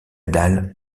dalle